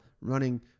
running